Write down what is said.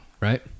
Right